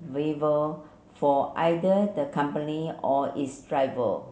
viable for either the company or its driver